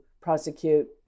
prosecute